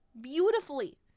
beautifully